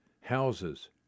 houses